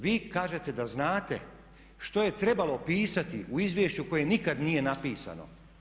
Vi kažete da znate što je trebalo pisati u izvješću koje nikad nije napisao.